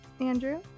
Andrew